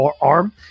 arm